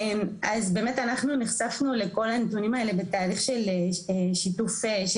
אז באמת אנחנו נחשפנו לכל הנתונים האלה בתהליך של שיתוף של